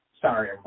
Sorry